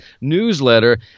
newsletter